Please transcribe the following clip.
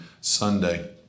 Sunday